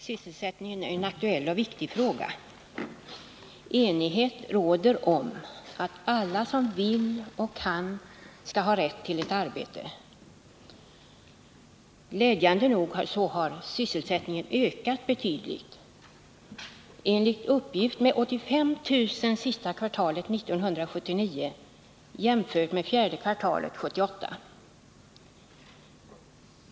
Fru talman! En aktuell och viktig fråga gäller sysselsättningen. Enighet råder om att alla som vill och kan arbeta skall ha rätt till ett arbete. Glädjande nog har sysselsättningstillfällena ökat betydligt, enligt uppgift med 85 000 under sista kvartalet 1979 jämfört med under fjärde kvartalet 1978.